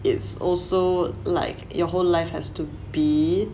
it's also like your whole life has to be